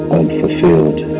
unfulfilled